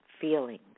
feelings